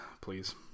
please